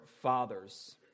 fathers